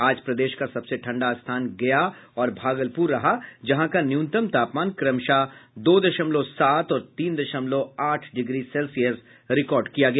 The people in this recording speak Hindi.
आज प्रदेश का सबसे ठंडा स्थान गया और भागलपुर रहा जहां का न्यूनतम तापमान क्रमशः दो दशमलव सात और तीन दशमलव आठ डिग्री सेल्सियस रिकॉर्ड किया गया